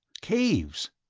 caves.